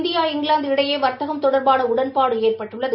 India England இடையே வா்த்தகம் தொடா்பான உடன்பாடு ஏற்பட்டுள்ளது